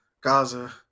Gaza